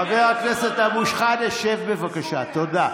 חבר הכנסת אבו שחאדה, שב,